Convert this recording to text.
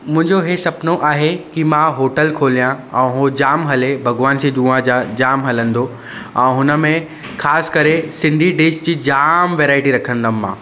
मुंहिंजो इहो सुपिनो आहे कि मां होटल खोलियां ऐं उहो जाम हले भॻिवान जी दुआं सां जाम हलंदो ऐं हुनमें ख़ासि करे सिंधी डिश जी जाम वैराइटी रखंदुमि मां